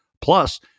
plus